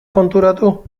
konturatu